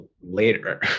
later